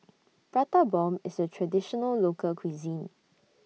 Prata Bomb IS A Traditional Local Cuisine